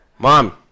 Mom